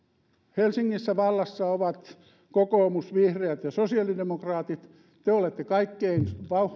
helsingissä vallassa ovat kokoomus vihreät ja sosiaalidemokraatit te olette kaikkein